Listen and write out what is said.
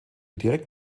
direkt